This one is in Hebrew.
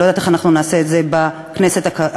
אני לא יודעת איך אנחנו נעשה את זה בכנסת הקרובה.